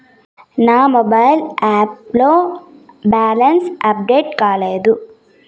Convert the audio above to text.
నా mobile app లో balance update కాలేదు